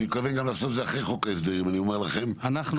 ואני מתכוון גם לעשות את זה אחרי חוק ההסדרים אני אומר לכם כבר.